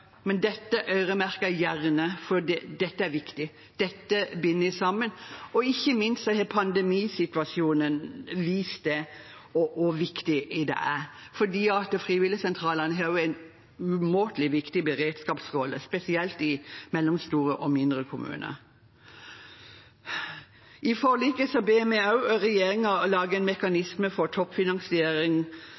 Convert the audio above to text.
Men dette øremerker jeg gjerne, for dette er viktig. Dette binder sammen. Ikke minst har pandemisituasjonen vist hvor viktig det er, for frivilligsentralene har også en umåtelig viktig beredskapsrolle, spesielt i mellomstore og mindre kommuner. I forliket ber vi også regjeringen lage en mekanisme for